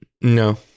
No